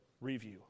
review